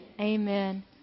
amen